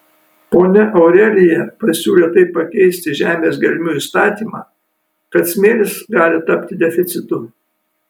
ponia aurelija pasiūlė taip pakeisti žemės gelmių įstatymą kad smėlis gali tapti deficitu